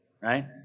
right